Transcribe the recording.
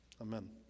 Amen